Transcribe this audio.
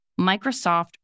Microsoft